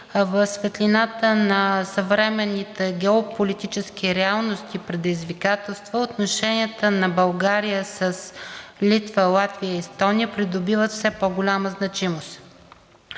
В светлината на съвременните геополитически реалности и предизвикателства отношенията на България с Литва, Латвия и Естония придобиват все по-голяма значимост.